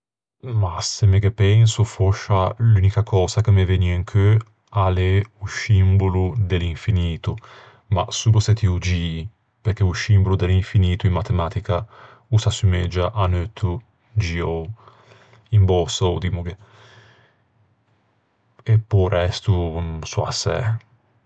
Mah, se me ghe penso fòscia l'unica cösa ch'a me vëgne in cheu o l'é o scimbolo de l'infinito, solo se ti ô gii, perché o scimbolo de l'infinito in matematica o s'aggiumeggia à un eutto giou, imbösou, dimmoghe. E pe-o resto, sò assæ!